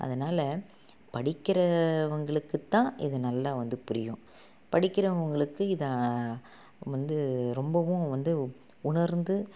அதனால் படிக்கிறவர்களுக்கு தான் இது நல்லா வந்து புரியும் படிக்கிறவர்களுக்கு இதை வந்து ரொம்பவும் வந்து உணர்ந்து